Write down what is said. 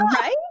right